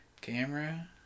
camera